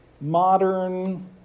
modern